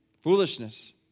Foolishness